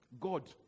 God